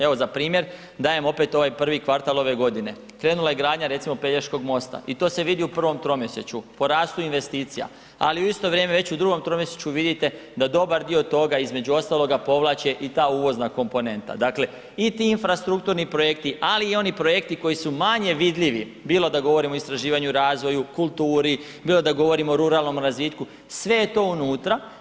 Evo za primjer dajem opet ovaj prvi kvartal ove godine, krenula je gradnja recimo Pelješkog mosta i to se vidi u prvom tromjesečju po rastu investicija, ali u isto vrijeme već u drugom tromjesečju vidite da dobar dio toga između ostaloga povlače i ta uvozna komponenta, dakle i ti infrastrukturni projekti, ali i oni projekti koji su manje vidljivi, bilo da govorimo o istraživanju, razvoju, kulturi, bilo da govorimo o ruralnom razvitku, sve je to unutra.